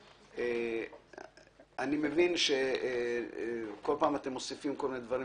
אני מבין שבכל פעם אתם מוסיפים כל מיני דברים